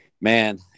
man